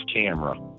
camera